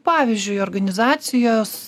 pavyzdžiui organizacijos